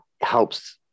helps